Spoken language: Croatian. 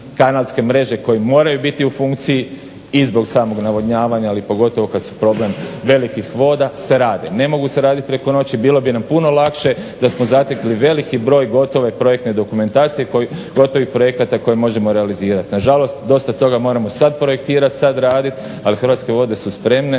kanalske mreže koje moraju biti u funkciji i zbog samog navodnjavanja, ali pogotovo kad su problem velikih voda se rade. Ne mogu se radit preko noći. Bilo bi nam puno lakše da smo zatekli veliki broj gotove projektne dokumentacije, gotovih projekata koje možemo realizirat. Nažalost dosta toga moramo sad projektirat, sad radit, ali Hrvatske vode su spremne